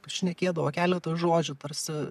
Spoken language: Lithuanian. šnekėdavo keletą žodžių tarsi